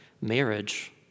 marriage